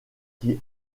qui